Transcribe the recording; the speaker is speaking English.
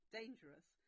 dangerous